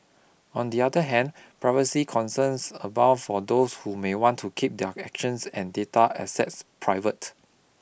on the other hand privacy concerns abound for those who may want to keep their actions and data assets private